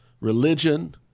religion